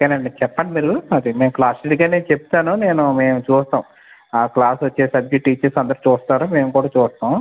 okay అండి చెప్పండి మీరు అది మేము క్లాసుకి అటెండ్ అయితే నేను చెప్తాను నేను మేము చూస్తాం ఆ క్లాసుకి వచ్చే సరికి టీచర్స్ అందరు చూస్తారు మేము కూడా చూస్తాం